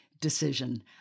decision